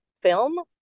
film